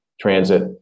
transit